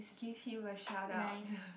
give him a shout out